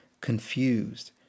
confused